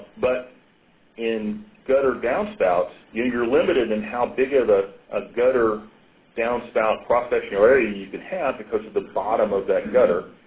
but in gutter downspouts, you're limited in how big of a ah gutter downspout processing area you can have because of the bottom of that gutter.